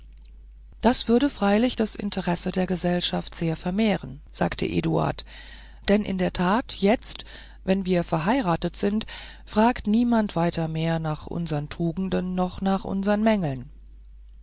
das würde freilich das interesse der gesellschaft sehr vermehren sagte eduard denn in der tat jetzt wenn wir verheiratet sind fragt niemand weiter mehr nach unsern tugenden noch unsern mängeln